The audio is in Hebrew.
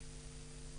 בבקשה.